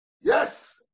Yes